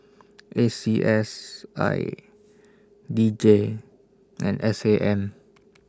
A C S I D J and S A M